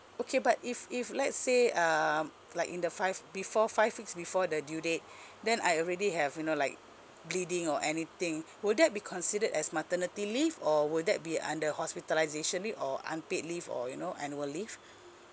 okay but if if let's say um like in the five before five weeks before the due date then I already have you know like bleeding or anything would that be considered as maternity leave or would that be under hospitalisation leave or unpaid leave or you know annual leave